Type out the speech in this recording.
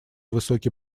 высокий